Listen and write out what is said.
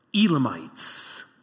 Elamites